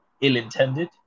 ill-intended